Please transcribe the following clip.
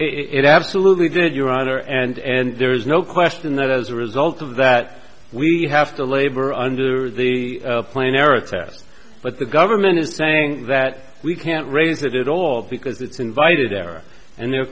it absolutely did your honor and there is no question that as a result of that we have to labor under the plan arafat but the government is saying that we can't raise it at all because it's invited error and they're